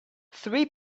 three